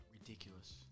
Ridiculous